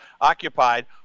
occupied